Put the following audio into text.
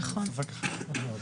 נכון.